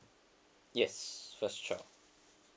yes first child